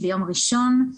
ביום ראשון,